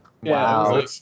Wow